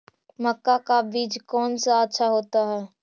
मक्का का बीज कौन सा अच्छा होता है?